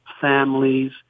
families